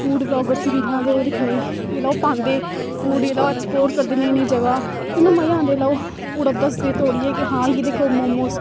food bloggers रीलां ते ओह् दिक्खने गी जेल्लै ओह् पांदे फूड जेल्लै ओह् ऐक्सप्लोर करदे नई नई जगह किन्ना मज़ा आंदा ओह् पूरा दसदे तोड़ियै कि हां यह दिक्खो मोमोस